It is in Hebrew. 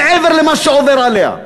מעבר למה שעובר עליה.